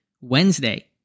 Wednesday